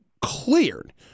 cleared